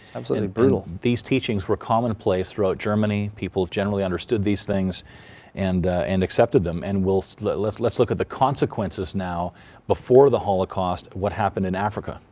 absolutely brutal. these teachings were commonplace throughout germany, people generally understood these things and and accepted them. and so let's let's llook at the consequences now before the holocaust what happened in africa.